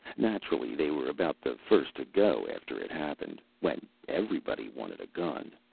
naturally, they were about the first to go after it happened, when everybody wanted a gun.